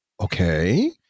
okay